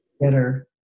better